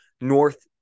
north